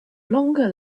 longer